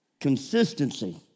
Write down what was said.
consistency